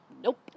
nope